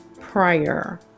prior